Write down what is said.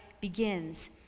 begins